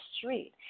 street